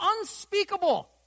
unspeakable